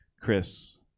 Chris